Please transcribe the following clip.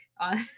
on